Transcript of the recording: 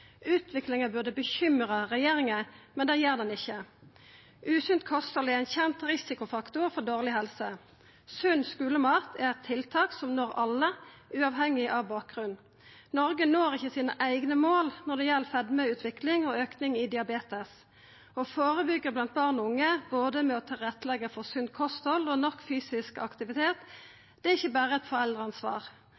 Utviklinga burde bekymra regjeringa, men gjer det ikkje. Usunt kosthald er ein kjent risikofaktor for dårleg helse. Sunn skulemat er eit tiltak som når alle, uavhengig av bakgrunn. Noreg når ikkje sine eigne mål når det gjeld fedmeutvikling og auke i diabetes. Å førebyggja blant barn og unge ved å leggja til rette for både sunt kosthald og nok fysisk aktivitet